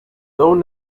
though